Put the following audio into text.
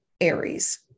Aries